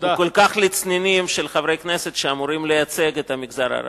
היא כל כך לצנינים בעיני חברי כנסת שאמורים לייצג את המגזר הערבי.